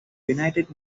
united